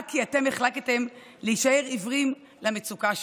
רק כי אתם החלטתם להישאר עיוורים למצוקה שלהם.